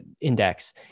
index